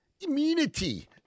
immunity